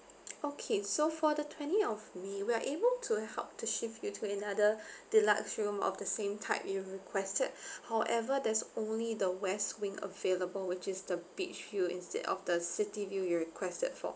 okay so for the twenty of may we are able to help to shift you to another deluxe room of the same type you requested however there's only the west wing available which is the beach view instead of the city view you requested for